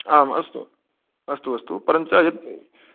आम् अस्तु अस्तु अस्तु परञ्च यत्